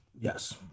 Yes